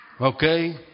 Okay